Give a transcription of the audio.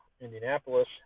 Indianapolis